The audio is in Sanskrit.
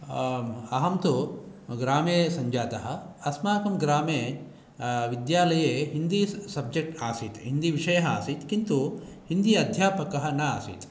आम् अहं तु ग्रामे सञ्जात अस्माकं ग्रामे विद्यालये हिन्दी सब्जेक्ट् आसीत् हिन्दी विषय आसीत् किन्तु हिन्दि अध्यापक न आसीत्